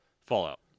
fallout